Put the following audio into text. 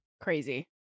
Crazy